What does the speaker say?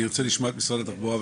אני ארצה לשמוע את משרד התחבורה,